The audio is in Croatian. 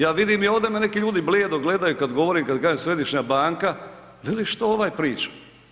Ja vidim i ovdje me neki ljudi blijedo gledaju kada govorim kada kažem središnja banka, veli što ovaj priča.